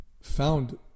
found